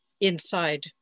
inside